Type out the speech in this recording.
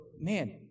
man